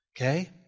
Okay